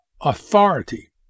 authority